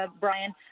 Brian